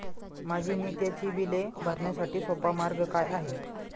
माझी नित्याची बिले भरण्यासाठी सोपा मार्ग काय आहे?